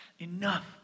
enough